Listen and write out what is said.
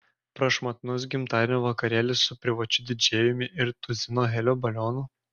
prašmatnus gimtadienio vakarėlis su privačiu didžėjumi ir tuzinu helio balionų